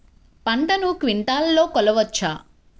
పంటను క్వింటాల్లలో కొలవచ్చా?